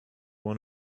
one